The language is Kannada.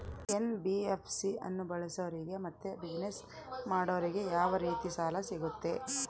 ಎನ್.ಬಿ.ಎಫ್.ಸಿ ಅನ್ನು ಬಳಸೋರಿಗೆ ಮತ್ತೆ ಬಿಸಿನೆಸ್ ಮಾಡೋರಿಗೆ ಯಾವ ರೇತಿ ಸಾಲ ಸಿಗುತ್ತೆ?